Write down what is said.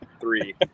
three